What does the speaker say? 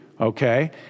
Okay